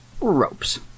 ropes